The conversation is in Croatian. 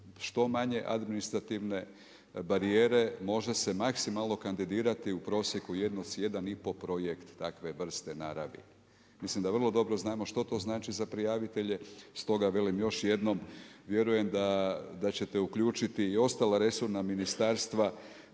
što manje administrativne barijere može se maksimalno kandidirati u prosjeku 1,5 projekt takve vrste naravi, mislim da vrlo dobro znamo što to znači za prijavitelje, stoga velim još jednom vjerujem da ćete uključiti i ostala resorna ministarstva